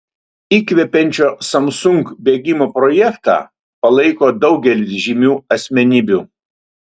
įkvepiančio samsung bėgimo projektą palaiko daugelis žymių asmenybių